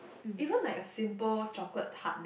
even like a simple chocolate tart